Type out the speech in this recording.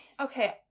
Okay